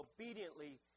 obediently